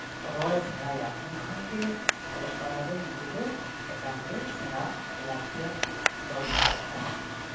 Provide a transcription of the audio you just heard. ᱨᱚᱲᱮ ᱥᱮᱬᱟᱭᱟ ᱩᱱ ᱠᱷᱟᱱᱜᱮ ᱚᱞᱚᱜ ᱯᱟᱲᱦᱟᱣ ᱫᱚ ᱩᱱᱠᱩ ᱫᱚ ᱮᱠᱟᱞᱜᱮ ᱥᱮᱬᱟ ᱞᱟᱹᱠᱛᱤᱭᱟ ᱫᱚᱨᱠᱟᱨᱚᱜ ᱠᱟᱱᱟ